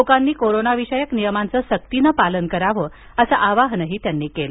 लोकांनी कोरोनाविषयक नियमांचं सक्तीने पालन करावं असं आवाहन त्यांनी केलं